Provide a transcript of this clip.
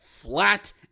flat